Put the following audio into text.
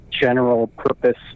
general-purpose